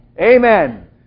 Amen